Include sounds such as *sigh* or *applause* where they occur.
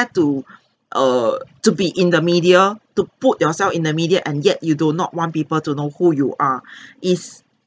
dare to *breath* err to be in the media to put yourself in the media and yet you do not want people to know who you are *breath* is